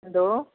എന്തോ